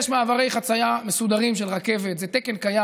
יש מעברי חצייה מסודרים של רכבת, זה תקן קיים.